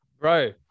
bro